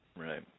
Right